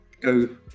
go